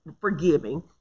forgiving